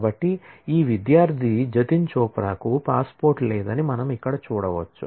కాబట్టి ఈ విద్యార్థి జతిన్ చోప్రాకు పాస్పోర్ట్ లేదని మనం ఇక్కడ చూడవచ్చు